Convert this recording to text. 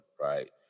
right